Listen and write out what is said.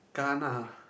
kana